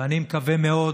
ואני מקווה מאוד